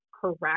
correct